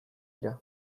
dira